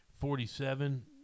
Forty-seven